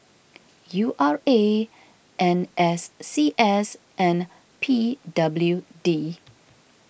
U R A N S C S and P W D